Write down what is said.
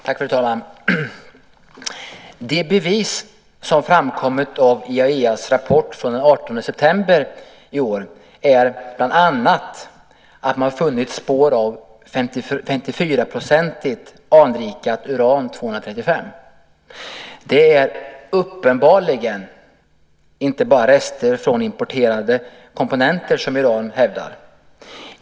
Fru talman! De bevis som framkommit av IAEA:s rapport från den 18 september i år är bland annat att man funnit spår av 54-procentigt anrikat uran 235. Det är uppenbarligen inte bara rester från importerade komponenter, som Iran hävdar.